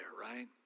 right